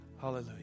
Hallelujah